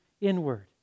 inward